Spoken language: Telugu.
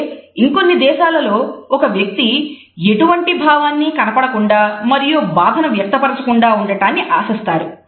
కాకపోతే ఇంకొన్ని దేశాలలో ఒక వ్యక్తి ఎటువంటి భావాన్ని కనబడకుండా మరియు బాధను వ్యక్తపరచకుండా ఉండటాన్ని ఆశిస్తారు